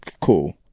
Cool